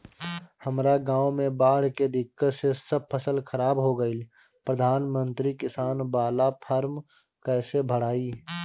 हमरा गांव मे बॉढ़ के दिक्कत से सब फसल खराब हो गईल प्रधानमंत्री किसान बाला फर्म कैसे भड़ाई?